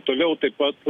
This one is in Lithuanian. toliau taip pat